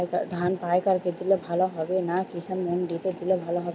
ধান পাইকার কে দিলে ভালো হবে না কিষান মন্ডিতে দিলে ভালো হবে?